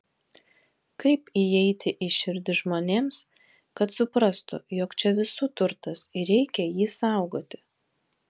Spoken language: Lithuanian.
kaip įeiti į širdį žmonėms kad suprastų jog čia visų turtas ir reikia jį saugoti